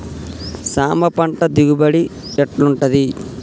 సాంబ పంట దిగుబడి ఎట్లుంటది?